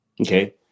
Okay